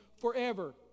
forever